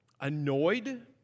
annoyed